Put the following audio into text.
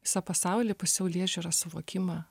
visą pasaulį pasaulėžiūrą suvokimą